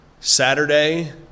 Saturday –